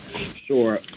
Sure